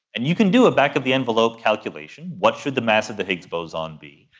and you can do a back-of-the-envelope calculation what should the mass of the higgs boson be?